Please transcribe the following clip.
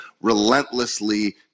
relentlessly